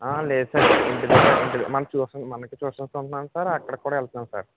లేదు సార్ ఇంటి దగ్గర ఇంటి మన ట్యూషన్ మనకి ట్యూషన్ ఉన్నాయి సార్ అక్కడకి కూడా వెళ్తున్నాను సార్